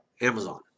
Amazon